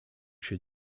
się